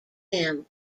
them